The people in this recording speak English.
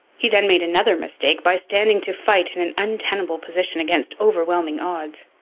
he then made another mistake by standing to fight in an untenable position against overwhelming odds.